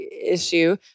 issue